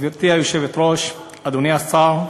גברתי היושבת-ראש, אדוני השר,